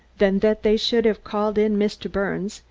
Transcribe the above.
than that they should have called in mr. birnes,